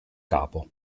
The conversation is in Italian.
capo